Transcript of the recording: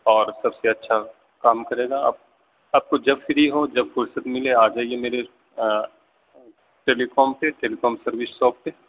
اور سب سے اچھا کام کرے گا اب آپ جب فری ہوں جب فرصت ملے آ جائیے میرے ٹیلی کام پہ ٹیلی کام سروس شاپ پہ